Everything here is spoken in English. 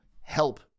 help